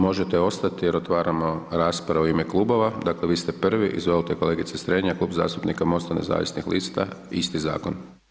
Možete ostati jer otvaramo raspravu u ime klubova, dakle vi ste prvi, izvolite kolegice Strenja, Klub zastupnika MOST-a nezavisnih lista, dakle isti zakon.